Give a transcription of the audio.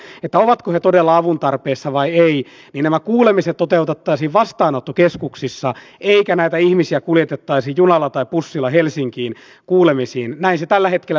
lisäksi haluan tuoda esille sen että tämmöisenä taloudellisesti vaikeana aikana on tietenkin hyvä että koetetaan olla luovia ja ollaan otettu uusia tekniikan keinoja esille